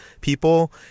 people